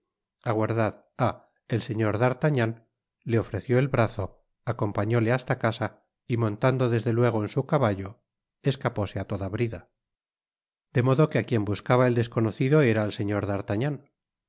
aguardad ah el señor d'artagnan le ofreció el brazo acompañóle hasta casa y montando desde luego en su caballo escapóse á toda brida de modo que á quien buscaba el desconocido era al señor